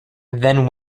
then